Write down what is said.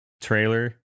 trailer